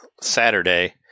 Saturday